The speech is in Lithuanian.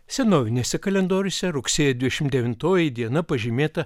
senoviniuose kalendoriuose rugsėjo dvidešim devintoji diena pažymėta